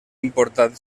important